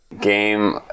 Game